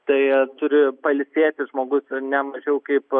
tai turi pailsėti žmogus ne mažiau kaip